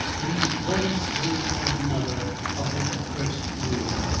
leave one stone upon another of this accursed ruin?